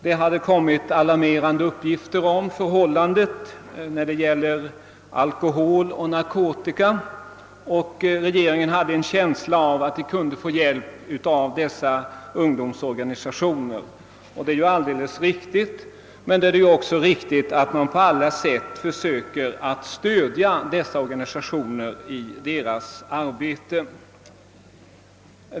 Det hade kommit alarmerande uppgifter om förhållandena när det gäller alkohol och narkotika, och regeringen hade en känsla av att den kunde få hjälp av dessa ungdomsorganisationer. Det är ju alldeles riktigt, men då är det också riktigt att man på alla sätt försöker stödja dessa organisationers arbete.